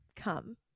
come